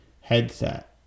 headset